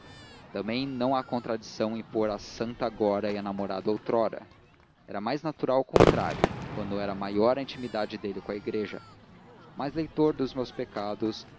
também não há contradição em pôr a santa agora e a namorada outrora era mais natural o contrário quando era maior a intimidade dele com igreja mas leitor dos meus pecados